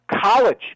college